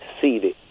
seated